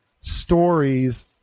stories